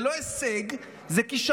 זה לא הישג, זה כישלון.